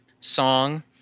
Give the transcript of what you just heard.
song